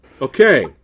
Okay